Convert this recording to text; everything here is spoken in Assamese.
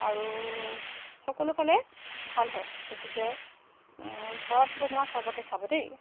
আৰু সকলোফালে ভাল হয় গতিকে ঘৰত বনোৱা চৰ্বতহে খাব দেই